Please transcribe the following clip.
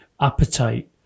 appetite